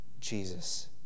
Jesus